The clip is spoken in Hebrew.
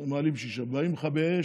מעלים ב-6%; באים מכבי אש,